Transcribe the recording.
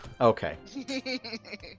Okay